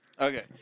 Okay